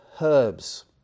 herbs